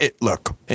look